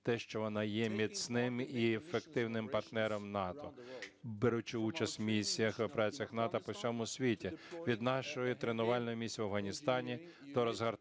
беручи участь в місіях і працях НАТО по всьому світі, від нашої тренувальної місії в Афганістані до розгортання